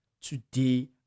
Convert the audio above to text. today